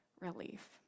relief